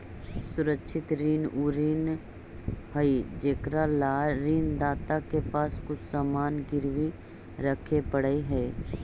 सुरक्षित ऋण उ ऋण हइ जेकरा ला ऋण दाता के पास कुछ सामान गिरवी रखे पड़ऽ हइ